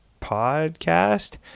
podcast